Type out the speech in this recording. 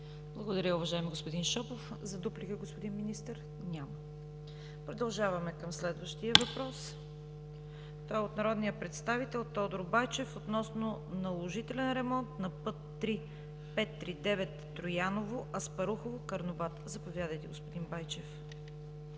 Благодаря Ви, уважаеми господин Шопов. За дуплика, Господин Министър? Няма. Продължаваме към следващия въпрос. Той е от народния представител Тодор Байчев, относно наложителен ремонт на път ІІІ 539 Трояново – Аспарухово – Карнобат. Заповядайте, господин Байчев.